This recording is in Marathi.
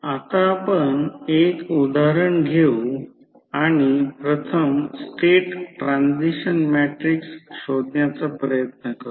आता आपण एक उदाहरण घेऊ आणि प्रथम स्टेट ट्रान्सिशन मॅट्रिक्स शोधण्याचा प्रयत्न करू